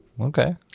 okay